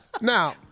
Now